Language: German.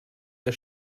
der